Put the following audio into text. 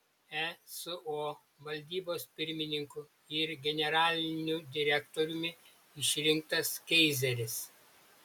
eso valdybos pirmininku ir generaliniu direktoriumi išrinktas keizeris